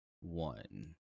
one